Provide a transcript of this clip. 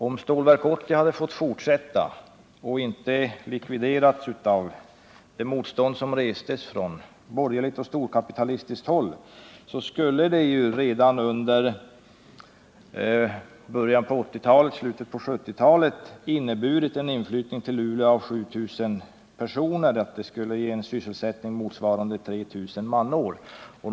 Om Stålverk 80-projektet hade fått fortsätta och inte hade likviderats genom det motstånd som restes från borgerligt och storkapitalistiskt håll, skulle det redan under slutet av 1970-talet och början av 1980-talet ha givit en sysselsättningseffekt motsvarande 3 000 manår och ha inneburit en inflyttning till Luleå av 7 000 personer.